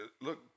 look